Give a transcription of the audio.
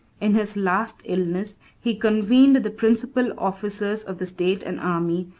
in his last illness, he convened the principal officers of the state and army,